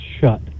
shut